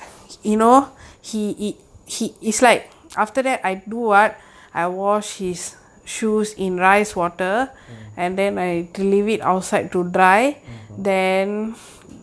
mm mm